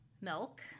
milk